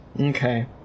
Okay